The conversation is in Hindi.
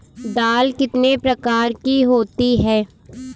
दाल कितने प्रकार की होती है?